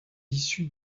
issus